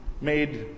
made